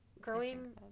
Growing